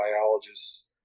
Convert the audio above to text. biologists